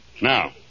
Now